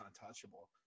untouchable